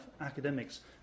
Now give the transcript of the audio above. academics